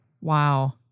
Wow